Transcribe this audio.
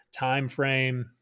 timeframe